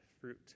fruit